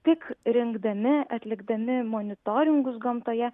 tik rinkdami atlikdami monitoringus gamtoje